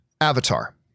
Avatar